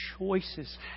choices